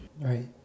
right